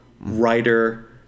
writer